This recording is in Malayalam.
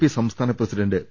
പി സംസ്ഥാന പ്രസിഡന്റ് പി